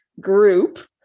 group